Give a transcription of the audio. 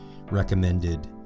recommended